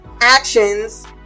actions